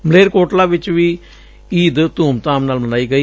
ਮਲੇਰਕੋਟਲਾ ਚ ਵੀ ਈਦ ਧੁਮ ਧਾਮ ਨਾਲ ਮਨਾਈ ਗਈ